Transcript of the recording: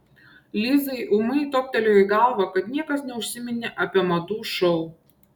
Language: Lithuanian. lizai ūmai toptelėjo į galvą kad niekas neužsiminė apie madų šou